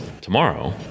tomorrow